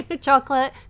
chocolate